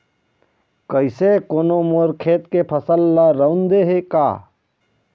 कइसे कोनो मोर खेत के फसल ल रंउद दे हे का?